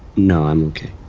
no, i'm ok.